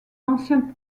l’ancien